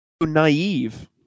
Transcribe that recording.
naive